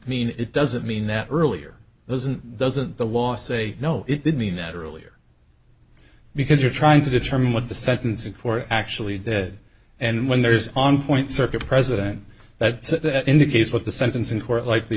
mean it doesn't mean that earlier doesn't doesn't the law say no it did mean that earlier because you're trying to determine what the sentence for actually did and when there's on point circuit president that indicates what the sentence in court likely